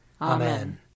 Amen